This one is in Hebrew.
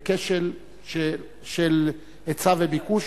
בכשל של היצע וביקוש,